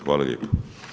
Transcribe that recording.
Hvala lijepo.